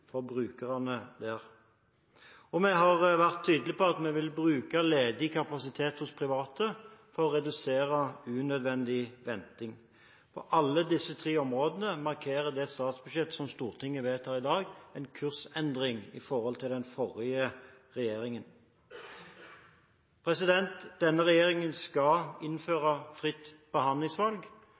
brukerne der. Vi har vært tydelige på at vi vil bruke ledig kapasitet hos private for å redusere unødvendig venting. På alle disse tre områdene markerer det statsbudsjettet som Stortinget vedtar i dag, en kursendring i forhold til den forrige regjeringen. Denne regjeringen skal innføre fritt behandlingsvalg.